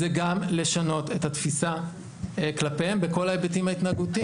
זה גם לשנות את התפיסה כלפיהם בכל ההיבטים ההתנהגותיים.